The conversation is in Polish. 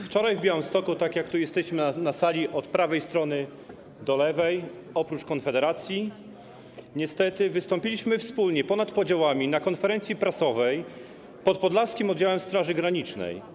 Wczoraj w Białymstoku, tak jak jesteśmy tu na sali, od prawej do lewej strony, oprócz Konfederacji niestety, wystąpiliśmy wspólnie, ponad podziałami na konferencji prasowej pod Podlaskim Oddziałem Straży Granicznej.